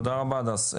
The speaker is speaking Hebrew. תודה רבה הדס.